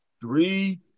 three